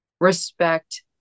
respect